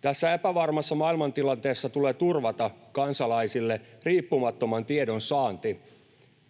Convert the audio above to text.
Tässä epävarmassa maailmantilanteessa tulee turvata kansalaisille riippumattoman tiedon saanti.